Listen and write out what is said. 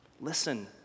Listen